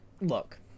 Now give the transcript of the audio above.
look